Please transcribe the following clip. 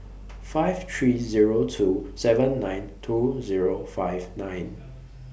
five three Zero two seven nine two Zero five nine